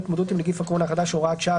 להתמודדות עם נגיף הקורונה החדש (הוראת שעה),